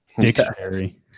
dictionary